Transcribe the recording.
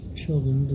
children